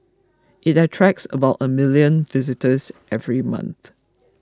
it attracts about a million visitors every month